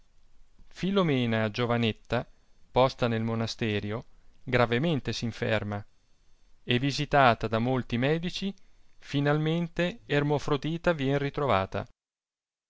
filomena giovanetta posta nel monasterio gravemente s'inferma e visitata da molti medici finalmente ermofrodita vien ritrovata